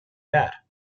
dad